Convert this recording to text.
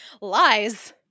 lies